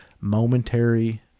momentary